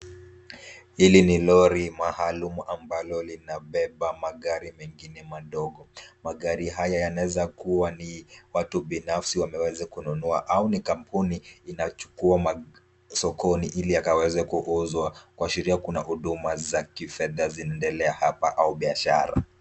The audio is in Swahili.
Hili ni lori maalum ambalo linabeba magari mengine madogo. Magari haya yanaweza kuwa ni watu binafsi wameweza kununua au ni kampuni inachukua sokoni ikaweze kuuzwa kuashiria kuna huduma za kifedha zinaendelea hapa au biashara.